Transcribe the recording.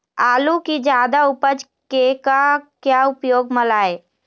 आलू कि जादा उपज के का क्या उपयोग म लाए?